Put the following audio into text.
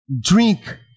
drink